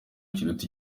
kiruta